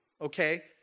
okay